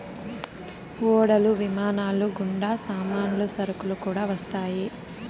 ఓడలు విమానాలు గుండా సామాన్లు సరుకులు కూడా వస్తాయి